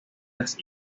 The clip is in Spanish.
las